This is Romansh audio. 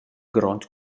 grond